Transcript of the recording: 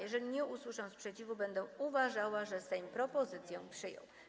Jeżeli nie usłyszę sprzeciwu, będę uważała, że Sejm propozycję przyjął.